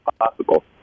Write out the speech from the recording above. possible